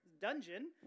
dungeon